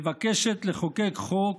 מבקשת לחוקק חוק